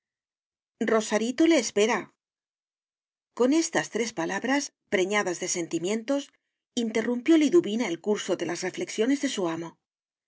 rosarito le espera con estas tres palabras preñadas de sentimientos interrumpió liduvina el curso de las reflexiones de su amo